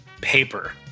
paper